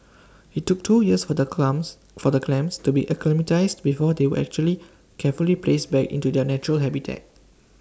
IT took two years for the for the clams to be acclimatised before they were actually carefully placed back into their natural habitat